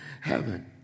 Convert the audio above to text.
heaven